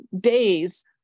days